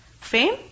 Fame